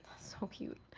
so cute,